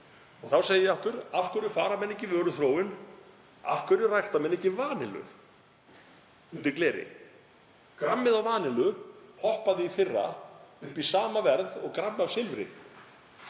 Þá segi ég aftur: Af hverju fara menn ekki í vöruþróun? Af hverju rækta menn ekki vanillu undir gleri? Grammið af vanillu hoppaði í fyrra upp í sama verð og grammið af silfri?